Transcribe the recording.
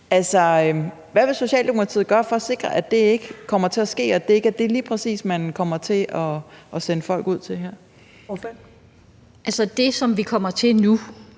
Hvad vil Socialdemokratiet gøre for at sikre, at det ikke kommer til at ske, altså at det ikke